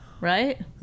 Right